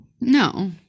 no